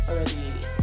Already